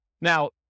Now